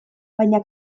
baina